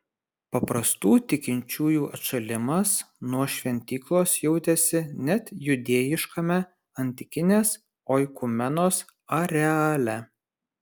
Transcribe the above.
paprastų tikinčiųjų atšalimas nuo šventyklos jautėsi net judėjiškame antikinės oikumenos areale